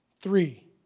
Three